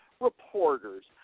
reporters